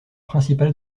principal